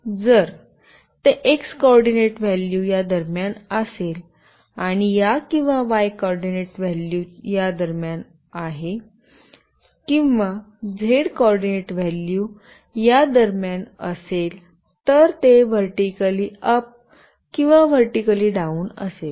जर ते x coordinate value या दरम्यान असेल आणि या किंवा y कोऑर्डिनेंट व्हॅल्यू या दरम्यान आहे किंवा झेड कोऑर्डिनेंट व्हॅल्यू या दरम्यान असेल तर ते व्हर्टीकली अप किंवा व्हर्टीकली डाउन असेल